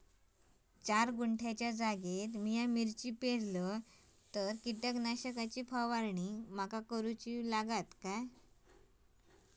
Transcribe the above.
चार गुंठे जागेत मी मिरची पेरलय किती कीटक नाशक ची फवारणी माका करूची लागात?